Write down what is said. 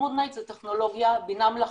זו טכנולוגיה בינה מלאכותית,